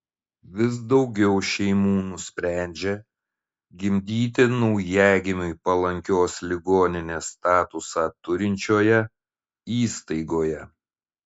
vis daugiau šeimų nusprendžia gimdyti naujagimiui palankios ligoninės statusą turinčioje įstaigoje